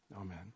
Amen